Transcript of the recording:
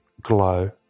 glow